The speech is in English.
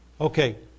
Okay